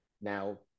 Now